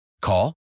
Call